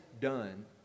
done